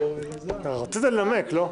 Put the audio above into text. רצית לנמק, לא?